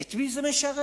את מי זה משרת?